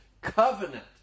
covenant